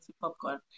popcorn